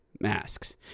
masks